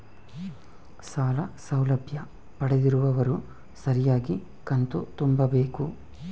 ಸಾಲ ಸೌಲಭ್ಯ ಪಡೆದಿರುವವರು ಸರಿಯಾಗಿ ಕಂತು ತುಂಬಬೇಕು?